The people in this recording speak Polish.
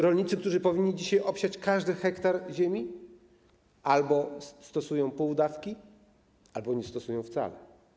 Rolnicy, którzy powinni dzisiaj obsiać każdy hektar ziemi, stosują pół dawki albo nie stosują wcale.